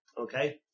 Okay